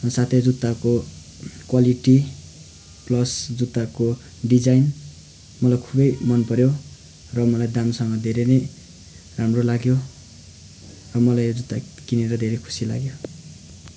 र साथै जुत्ताको क्वालिटी प्लस जुत्ताको डिजाइन मलाई खुबै मनपर्यो र मलाई दामसँग धेरै नै राम्रो लाग्यो अब मलाई यो जुत्ता किनेर धेरै खुसी लाग्यो